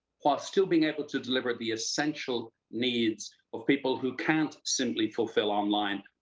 while still being able to deliver the essential needs of people who can't simply fulfill online,